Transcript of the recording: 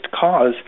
cause